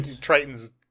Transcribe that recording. Tritons